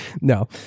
No